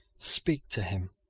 speak to him.